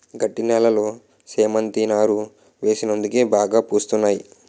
గట్టి నేలలో చేమంతి నారు వేసినందుకే బాగా పూస్తున్నాయి